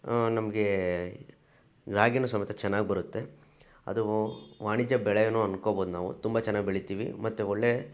ನಮಗೆ ರಾಗಿಯೂ ಸಮೇತ ಚೆನ್ನಾಗಿ ಬರುತ್ತೆ ಅದು ವಾಣಿಜ್ಯ ಬೆಳೆಯೂ ಅಂದ್ಕೋಬೋದು ನಾವು ತುಂಬ ಚೆನ್ನಾಗಿ ಬೆಳಿತೀವಿ ಮತ್ತೆ ಒಳ್ಳೆಯ